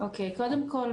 קודם כול,